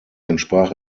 entsprach